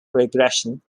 regression